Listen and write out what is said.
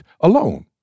alone